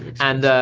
and,